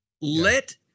Let